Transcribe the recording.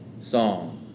song